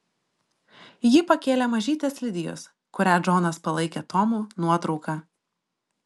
ji pakėlė mažytės lidijos kurią džonas palaikė tomu nuotrauką